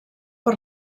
per